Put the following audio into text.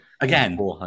Again